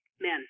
men